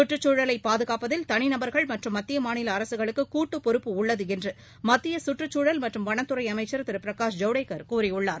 கற்றுச்சூழலை பாதுகாப்பதில் தனிநபர்கள் மற்றும் மத்திய மாநில அரசுளுக்கு கூட்டுப் பொறுப்பு உள்ளது என்று மத்திய கற்றுக்குழல் மற்றும் வனத்துறை அமைச்சர் திரு பிரகாஷ் ஜவ்டேகர் கூறியுள்ளார்